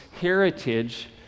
heritage